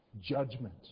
judgment